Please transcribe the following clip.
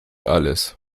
alles